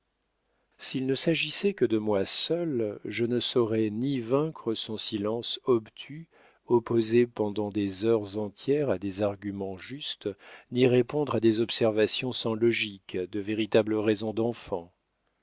s'il ne s'agissait que de moi seule je ne saurais ni vaincre son silence obtus opposé pendant des heures entières à des arguments justes ni répondre à des observations sans logique de véritables raisons d'enfant